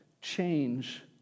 change